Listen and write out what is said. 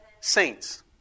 saints